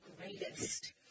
greatest